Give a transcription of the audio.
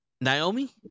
Naomi